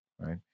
right